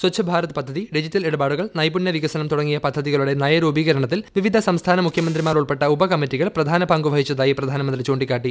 സ്വഛ്ഭാരത് പദ്ധതി ഡിജിറ്റൽ ഇടപാടുകൾ നൈപുണ്യ വികസനം തുടങ്ങിയ പദ്ധതികളുടെ നയരൂപീകരണത്തിൽ വിവിധ സംസ്ഥാന മുഖ്യമന്ത്രിമാർ ഉൾപ്പെട്ട ഉപകമ്മിറ്റികൾ പ്രധാന പങ്കുവഹിച്ചതായി പ്രധാനമന്ത്രി ചൂണ്ടിക്കാട്ടി